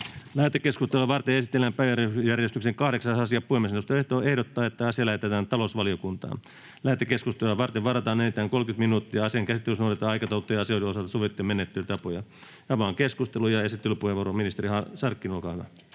Lähetekeskustelua varten esitellään päiväjärjestyksen 8. asia. Puhemiesneuvosto ehdottaa, että asia lähetetään talousvaliokuntaan. Lähetekeskusteluun varataan enintään 30 minuuttia. Asian käsittelyssä noudatetaan aikataulutettujen asioiden osalta sovittuja menettelytapoja. Avaan keskustelun, ja esittelypuheenvuoro, ministeri Sarkkinen, olkaa hyvä.